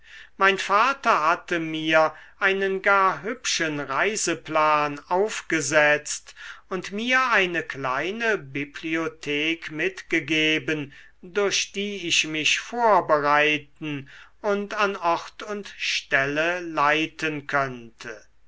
mein vater hatte mir einen gar hübschen reiseplan aufgesetzt und mir eine kleine bibliothek mitgegeben durch die ich mich vorbereiten und an ort und stelle leiten könnte